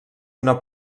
una